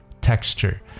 Texture